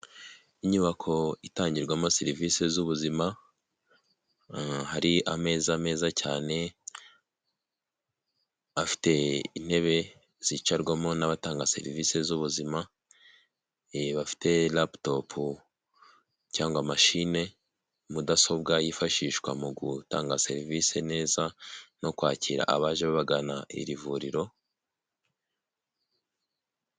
Inyubako itangirwamo serivisi z'ubuzima hari ameza meza cyane afite intebe zicarwamo n'abatanga serivisi z'ubuzima bafite raputopu cyangwa mashine mudasobwa yifashishwa mu gutanga serivisi neza no kwakira abaje bagana iri vuriro.